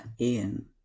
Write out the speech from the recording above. Ian